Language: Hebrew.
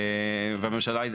והממשלה,